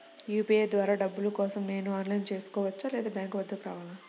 UPI ద్వారా డబ్బులు కోసం నేను ఆన్లైన్లో చేసుకోవచ్చా? లేదా బ్యాంక్ వద్దకు రావాలా?